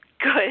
Good